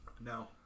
No